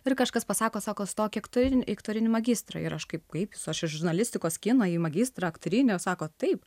ir kažkas pasako sako stok į aktorinį aktorinį magistrą ir aš kaip kaip su aš iš žurnalistikos kino į magistrą aktorinio sako taip